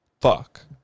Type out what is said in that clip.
Fuck